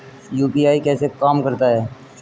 UPI कैसे काम करता है?